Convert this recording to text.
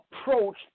approach